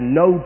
no